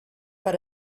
per